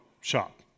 shop